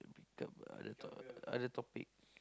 pick up other top~ other topic